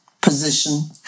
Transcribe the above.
position